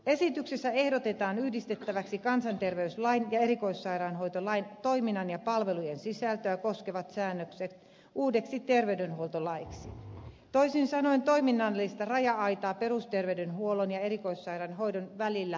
esityksessä ehdotetaan yhdistettäväksi kansanterveyslain ja erikoissairaanhoitolain toiminnan ja palvelujen sisältöä koskevat säännökset uudeksi terveydenhuoltolaiksi toisin sanoen toiminnallista raja aitaa perusterveydenhuollon ja erikoissairaanhoidon välillä madalletaan